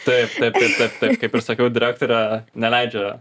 taip taip taip taip taip kaip ir sakiau direktorė neleidžia